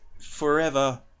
Forever